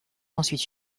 ensuite